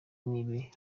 n’ibibi